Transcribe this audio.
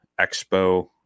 Expo